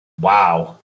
Wow